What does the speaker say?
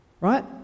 Right